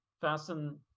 fasten